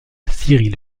cyril